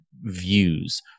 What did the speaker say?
views